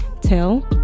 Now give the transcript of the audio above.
tell